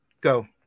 Go